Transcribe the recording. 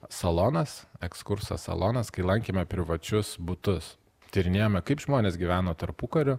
salonas ekskursas salonas kai lankėme privačius butus tyrinėjome kaip žmonės gyveno tarpukariu